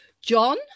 John